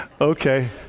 Okay